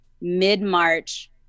mid-march